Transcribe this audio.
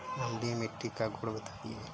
अम्लीय मिट्टी का गुण बताइये